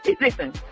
listen